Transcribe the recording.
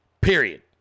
Period